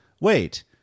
wait